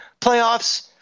playoffs